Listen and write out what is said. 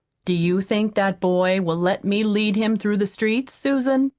do you think that boy will let me lead him through the streets, susan?